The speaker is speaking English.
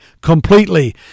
completely